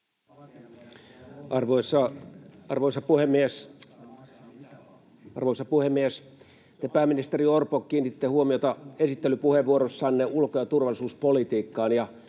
Arvoisa puhemies! Te, pääministeri Orpo, kiinnititte huomiota esittelypuheenvuorossanne ulko- ja turvallisuuspolitiikkaan.